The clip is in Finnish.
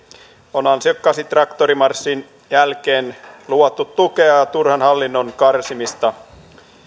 on ansiokkaasti traktorimarssin jälkeen luvattu tukea ja turhan hallinnon karsimista